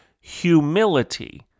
humility